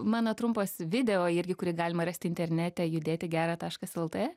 mano trumpas video irgi kurį galima rasti internete judėti gera taškas lt